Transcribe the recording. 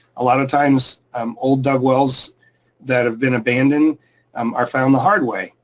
a lot of times, um old dug wells that have been abandoned um are found the hard way,